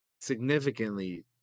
significantly